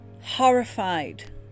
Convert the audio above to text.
Horrified